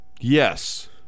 Yes